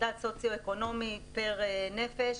מדד סוציואקונומי פר נפש,